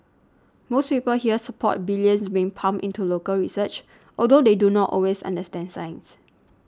most people here support the billions being pumped into local research although they do not always understand science